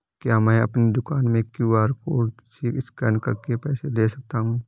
क्या मैं अपनी दुकान में क्यू.आर कोड से स्कैन करके पैसे ले सकता हूँ?